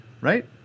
right